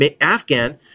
Afghan